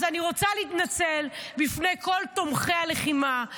אז אני רוצה להתנצל בפני כל תומכי הלחימה,